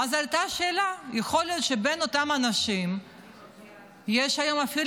ואז עלתה השאלה: יכול להיות שבין אותם אנשים יש היום אפילו